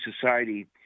society